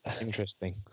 Interesting